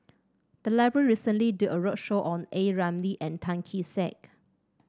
the library recently did a roadshow on A Ramli and Tan Kee Sek